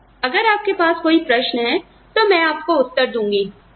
और अगर आपके पास कोई प्रश्न है तो मैं आपको उत्तर दूंगी